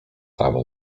tam